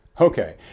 Okay